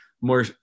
more